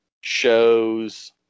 shows